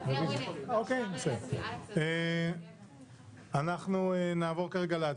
אוקיי, רביזיה, אז אנחנו נקבע זמן לרביזיה.